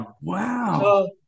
Wow